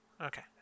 Okay